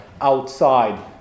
outside